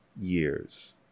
years